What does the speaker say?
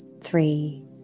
three